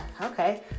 Okay